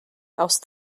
else